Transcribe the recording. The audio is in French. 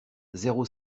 zéro